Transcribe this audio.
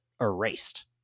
erased